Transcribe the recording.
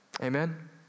Amen